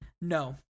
No